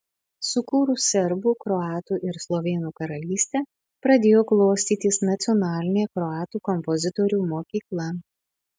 sukūrus serbų kroatų ir slovėnų karalystę pradėjo klostytis nacionalinė kroatų kompozitorių mokykla